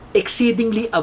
exceedingly